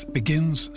begins